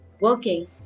working